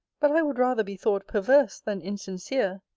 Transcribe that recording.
but i would rather be thought perverse than insincere.